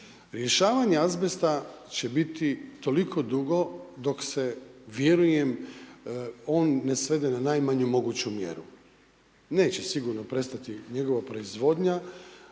Rješavanje azbesta će biti toliko dugo dok se vjerujem, on ne svede na najmanju moguću mjeru, neće sigurno prestati njegova proizvodnja